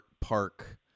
Park